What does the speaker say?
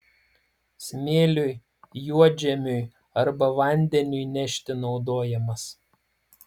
smėliui juodžemiui arba vandeniui nešti naudojamas